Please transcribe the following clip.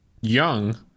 young